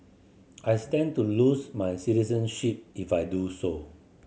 I stand to lose my citizenship if I do so